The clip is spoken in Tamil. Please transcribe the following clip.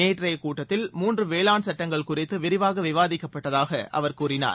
நேற்றைய கூட்டத்தில் மூன்று வேளாண் சட்டங்கள் குறித்து விரிவாக விவாதிக்கப்பட்டதாக அவர் கூறினார்